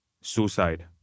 Suicide